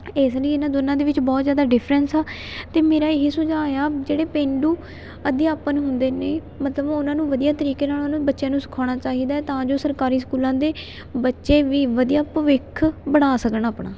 ਇਸ ਲਈ ਇਹਨਾਂ ਦੋਨਾਂ ਦੇ ਵਿੱਚ ਬਹੁਤ ਜ਼ਿਆਦਾ ਡਿਫਰੈਂਸ ਆ ਅਤੇ ਮੇਰਾ ਇਹੀ ਸੁਝਾਅ ਆ ਜਿਹੜੇ ਪੇਂਡੂ ਅਧਿਆਪਨ ਹੁੰਦੇ ਨੇ ਮਤਲਬ ਉਹਨਾਂ ਨੂੰ ਵਧੀਆ ਤਰੀਕੇ ਨਾਲ ਉਹਨੂੰ ਬੱਚਿਆਂ ਨੂੰ ਸਿਖਾਉਣਾ ਚਾਹੀਦਾ ਤਾਂ ਜੋ ਸਰਕਾਰੀ ਸਕੂਲਾਂ ਦੇ ਬੱਚੇ ਵੀ ਵਧੀਆ ਭਵਿੱਖ ਬਣਾ ਸਕਣ ਆਪਣਾ